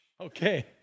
Okay